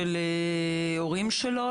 של ההורים שלו,